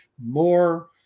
more